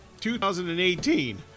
2018